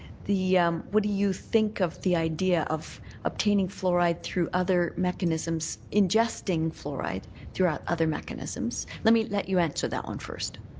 the what do you think of the idea of obtaining fluoride through other mechanisms, ingesting fluoride throughout other mechanisms? let me let you answer that one first.